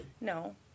No